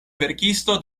verkisto